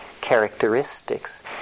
characteristics